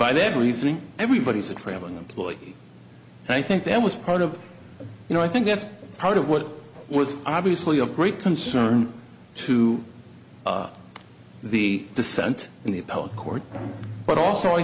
by that reasoning everybody's a traveling employee and i think that was part of you know i think that's part of what was obviously of great concern to the dissent in the appellate court but also i